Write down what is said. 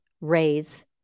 raise